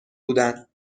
بودند